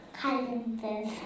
calendars